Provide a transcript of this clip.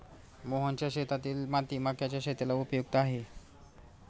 मोहनच्या शेतातील माती मक्याच्या शेतीला उपयुक्त आहे